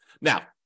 Now